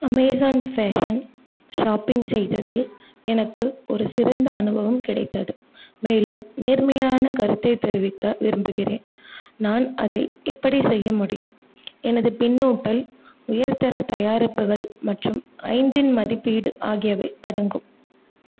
Amazon fashion shopping செய்ததில் எனக்கு ஒரு சிறந்த அனுபவம் கிடைத்தது மேலும் நேர்மையான கருத்தை தெரிவிக்க விரும்புகிறேன் நான் அதை எப்படி செய்ய முடியும் எனது பின்னூட்டல் உயர்தர தயாரிப்புகள் மற்றும் ஐந்தின் மதிப்பீடு ஆகியவை அடங்கும்